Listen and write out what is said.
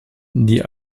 die